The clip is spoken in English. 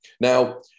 Now